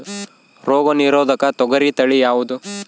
ರೋಗ ನಿರೋಧಕ ತೊಗರಿ ತಳಿ ಯಾವುದು?